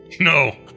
No